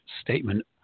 statement